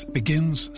begins